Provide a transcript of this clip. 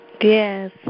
Yes